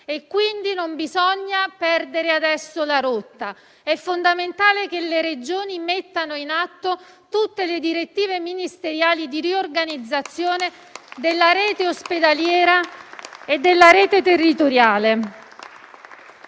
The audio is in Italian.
e quindi non bisogna perdere adesso la rotta. È fondamentale che le Regioni mettano in atto tutte le direttive ministeriali di riorganizzazione della rete ospedaliera e della rete territoriale.